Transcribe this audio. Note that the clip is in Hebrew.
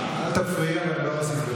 אבל אתה מדבר שטויות.